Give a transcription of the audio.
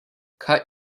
cut